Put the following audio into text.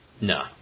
No